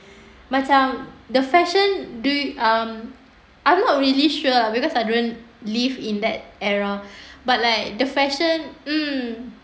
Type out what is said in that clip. macam the fashion do um I'm not really sure because I don't live in that era but like the fashion mm